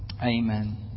Amen